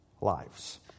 lives